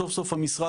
סוף סוף המשרד,